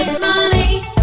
money